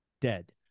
Dead